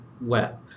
wet